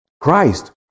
Christ